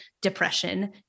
depression